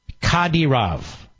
Kadirav